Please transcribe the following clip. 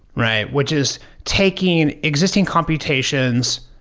right? which is taking existing computations,